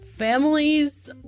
families